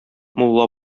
мулла